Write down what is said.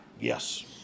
Yes